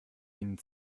ihnen